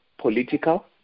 political